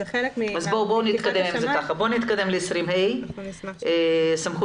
בואו נתקדם לסעיף 20ה. 20ה.הוראת